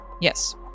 Yes